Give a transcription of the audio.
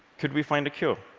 could we find a cure?